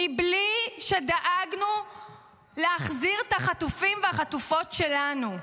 מבלי שדאגנו להחזיר את החטופים והחטופות שלנו.